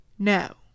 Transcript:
No